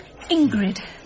Ingrid